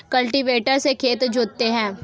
cultivator से खेत जोतते हैं